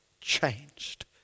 changed